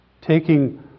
taking